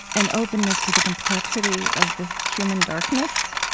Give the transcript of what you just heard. an openness to the complexity of this human darkness,